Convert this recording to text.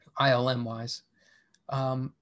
ILM-wise